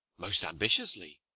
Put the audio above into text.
most ambitiously.